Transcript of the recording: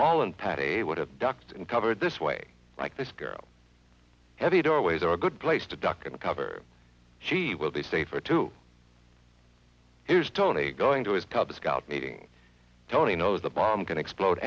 paul and pat a would have ducked and covered this way like this girl heavy doorways are a good place to duck and cover she will be safer too here's tony going to his cub scout meeting tony knows the bomb can explode